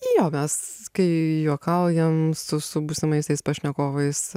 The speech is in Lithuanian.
jo mes kai juokaujam su su būsimaisiais pašnekovais